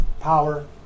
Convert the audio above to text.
power